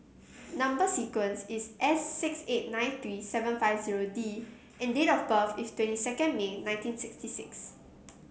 number sequence is S six eight nine three seven five zero D and date of birth is twenty second May nineteen sixty six